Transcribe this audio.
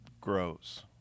grows